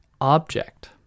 object